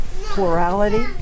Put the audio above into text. plurality